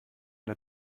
der